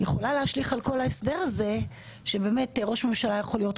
יכולה להשליך על כל ההסדר הזה כאשר באמת חס ושלום ראש ממשלה יכול להיות